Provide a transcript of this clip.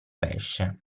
pesce